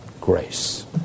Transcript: grace